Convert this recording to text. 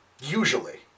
usually